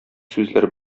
сүзләр